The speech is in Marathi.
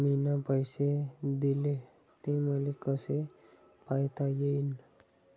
मिन पैसे देले, ते मले कसे पायता येईन?